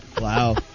wow